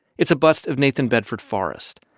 it's a bust of nathan bedford forrest.